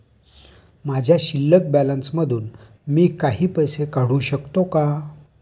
माझ्या शिल्लक बॅलन्स मधून मी काही पैसे काढू शकतो का?